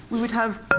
we would have